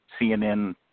CNN